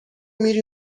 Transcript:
میری